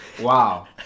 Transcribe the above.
wow